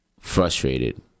frustrated